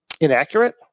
inaccurate